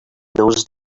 those